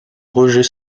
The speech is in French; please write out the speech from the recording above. roger